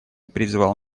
призвал